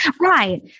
right